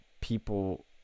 people